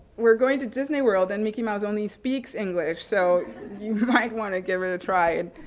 we're going to disney world and mickey mouse only speaks english so you might want to give it a try. and